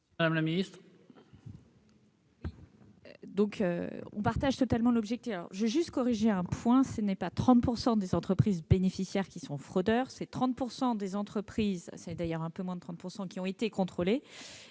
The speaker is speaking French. Madame la ministre,